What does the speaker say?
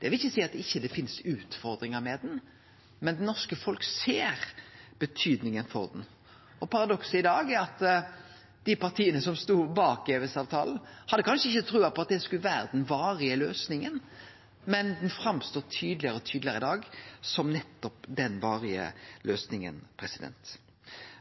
Det vil ikkje seie at det ikkje finst utfordringar med han, men det norske folket ser betydinga av han. Paradokset i dag er at dei partia som stod bak EØS-avtalen, kanskje ikkje hadde trua på at det skulle vere den varige løysinga. Men i dag står han tydelegare og tydelegare fram som nettopp den varige løysinga.